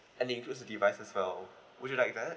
and it includes a device as well would you like that